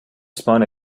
spun